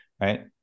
Right